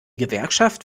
gewerkschaft